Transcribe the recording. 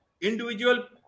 individual